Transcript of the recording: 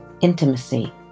intimacy